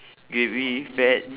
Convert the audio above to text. gravy fats